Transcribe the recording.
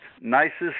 nicest